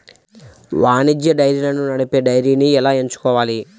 వాణిజ్య డైరీలను నడిపే డైరీని ఎలా ఎంచుకోవాలి?